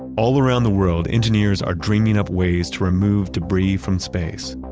all around the world, engineers are dreaming up ways to remove debris from space.